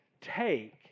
take